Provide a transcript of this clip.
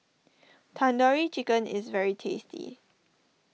Tandoori Chicken is very tasty